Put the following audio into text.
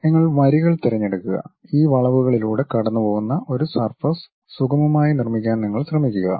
നിങ്ങൾ വരികൾ തിരഞ്ഞെടുക്കുക ഈ വളവുകളിലൂടെ കടന്നുപോകുന്ന ഒരു സർഫസ് സുഗമമായി നിർമ്മിക്കാൻ നിങ്ങൾ ശ്രമിക്കുക